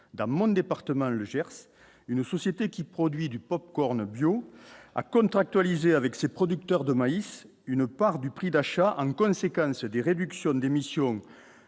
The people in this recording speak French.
dans mon département, le Gers, une société qui produit du popcorn bio à contractualiser avec ces producteurs de maïs, une part du prix d'achat en conséquence des réductions d'émissions